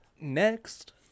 next